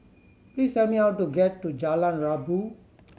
please tell me how to get to Jalan Rabu